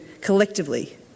collectively